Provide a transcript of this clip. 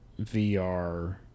VR